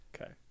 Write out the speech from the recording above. Okay